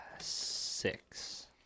six